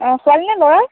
অঁ ছোৱালী নে ল'ৰাৰ